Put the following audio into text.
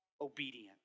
obedient